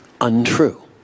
untrue